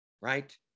right